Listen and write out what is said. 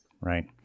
Right